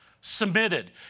submitted